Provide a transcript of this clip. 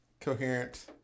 coherent